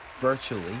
virtually